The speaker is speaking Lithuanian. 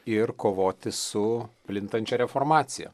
ir kovoti su plintančia reformacija